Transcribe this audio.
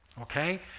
okay